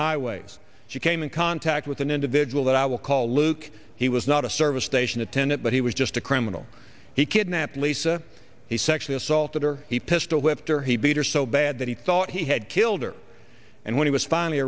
highways she came in contact with an individual that i will call luke he was not a service station attendant but he was just a criminal he kidnapped lisa he sexually assaulted her he pistol whipped her he beat her so bad that he thought he had killed her and when he was finally